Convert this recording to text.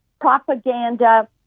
propaganda